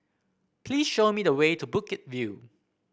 please show me the way to Bukit View